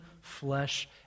flesh